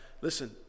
listen